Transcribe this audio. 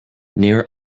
níor